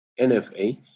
NFA